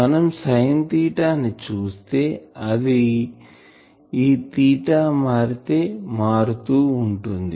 మనం sine theta ని చూస్తే అది తీటా మారితే మారుతూ ఉంటుంది